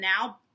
now